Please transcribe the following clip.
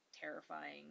terrifying